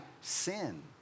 sin